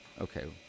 Okay